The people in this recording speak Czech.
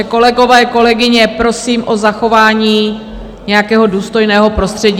Kolegové, kolegyně, prosím o zachování nějakého důstojného prostředí.